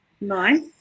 Nice